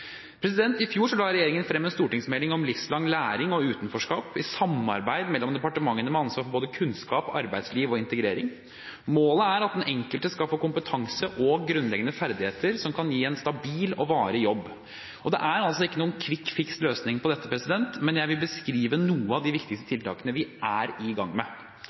I fjor la regjeringen frem en stortingsmelding om livslang læring og utenforskap, i samarbeid mellom departementene med ansvar for kunnskap, arbeidsliv og integrering. Målet er at den enkelte skal få kompetanse og grunnleggende ferdigheter som kan gi en stabil og varig jobb. Det er ikke noen «quick-fix»-løsning på dette, men jeg vil beskrive noen av de viktigste tiltakene vi er i gang med.